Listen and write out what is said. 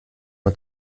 nur